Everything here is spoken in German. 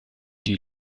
die